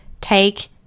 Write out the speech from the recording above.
take